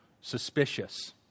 suspicious